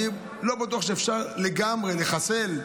אני לא בטוח שאפשר לגמרי לחסל,